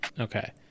Okay